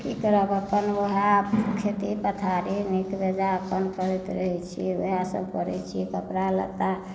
की करब अपन उएह खेती पथारी नीक बेजाय अपन करैत रहैत छी उएहसभ करैत छी कपड़ा लत्ता